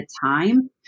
time